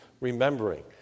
remembering